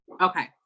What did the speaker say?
Okay